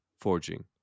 forging